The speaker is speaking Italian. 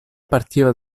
partiva